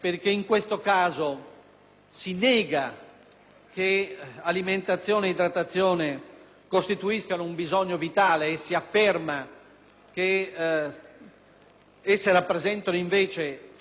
che l'alimentazione e l'idratazione costituiscano un bisogno vitale e si afferma che esse rappresentano trattamenti medici.